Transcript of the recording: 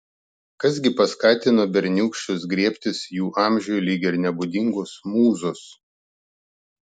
kas gi paskatino berniūkščius griebtis jų amžiui lyg ir nebūdingos mūzos